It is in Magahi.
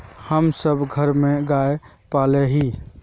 हम सब घर में गाय पाले हिये?